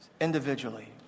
individually